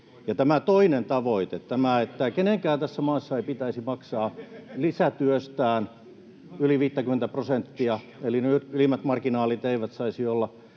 Tämä toinen tavoite, että kenenkään tässä maassa ei pitäisi maksaa lisätyöstään yli 50:tä prosenttia eli että ne ylimmät marginaalit eivät saisi olla